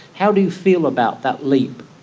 how do you feel about that leap,